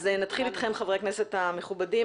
אז נתחיל איתכם חברי הכנסת המכובדים,